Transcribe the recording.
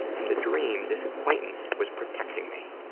in the dream, this acquaintance was protecting me,